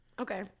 Okay